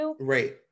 Right